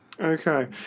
Okay